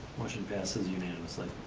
motion passes unanimously.